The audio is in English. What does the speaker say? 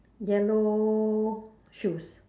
yellow shoes